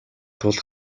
тулд